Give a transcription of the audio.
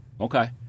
Okay